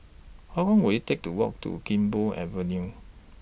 How Long Will IT Take to Walk to Gek Poh Avenue